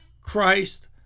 Christ